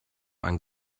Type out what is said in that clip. ein